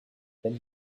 then